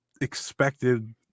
expected